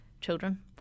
children